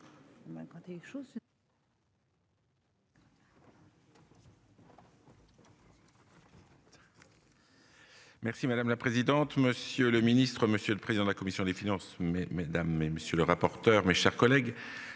Merci madame la présidente, monsieur le ministre, monsieur le président de la commission des finances. Mais madame et monsieur le rapporteur. Mes chers collègues.